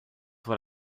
what